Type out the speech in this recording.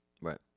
Right